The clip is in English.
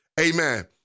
Amen